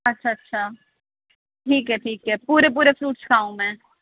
اچھا اچھا ٹھیک ہے ٹھیک ہے پورے پورے فروٹس کھاؤں میں